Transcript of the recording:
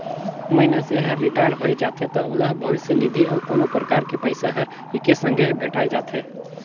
मइनसे हर रिटायर होय जाथे त ओला भविस्य निधि अउ कोनो परकार के पइसा हर एके संघे भेंठाय जाथे